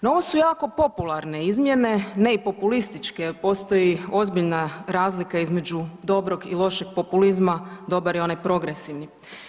No ovo su jako popularne izmjene, ne i populističke jel postoji ozbiljna razlika između dobrog i lošeg populizma, dobar je onaj progresivni.